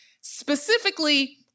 specifically